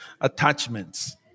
attachments